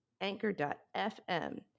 anchor.fm